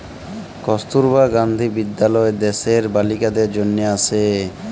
কস্তুরবা গান্ধী বিদ্যালয় দ্যাশের বালিকাদের জনহে আসে